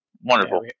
wonderful